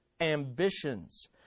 ambitions